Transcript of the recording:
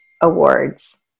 awards